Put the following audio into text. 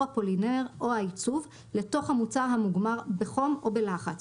הפולימר או העיצוב לתוך המוצר המוגמר בחום או בלחץ,